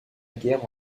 guerre